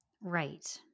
Right